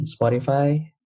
Spotify